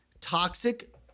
toxic